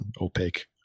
opaque